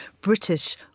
British